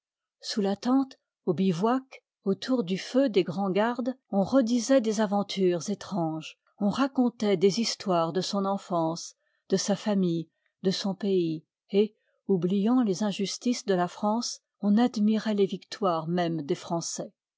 sous la tente au bivouac autour du feu des grand'gardes on redisoit des aventures étranges on racontoit des histoires de son enfance de sa famille de son pays et oubliant les injustices de la france on admiroit les victoires même des français